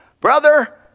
Brother